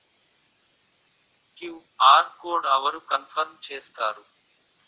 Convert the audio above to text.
QR code అవరు confirm చేస్తారు?